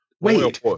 wait